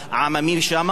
לנכבדים,